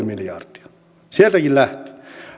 miljardia sieltäkin lähti